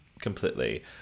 Completely